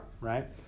right